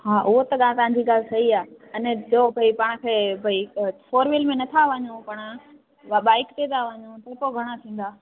हा उहा त ॻाल्हि तव्हांजी ॻाल्हि सही आहे अने ॿियो भई पाण खे फोर वीलर में नथा वञूं पाण या बाईक ते था वञूं त पोइ घणा थींदा